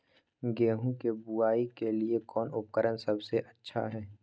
गेहूं के बुआई के लिए कौन उपकरण सबसे अच्छा है?